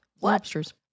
Lobsters